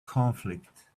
conflict